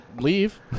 Leave